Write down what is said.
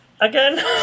again